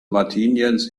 martians